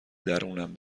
درونم